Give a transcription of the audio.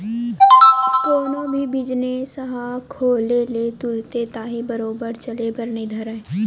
कोनो भी बिजनेस ह खोले ले तुरते ताही बरोबर चले बर नइ धरय